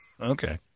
Okay